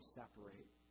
separate